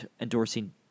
endorsing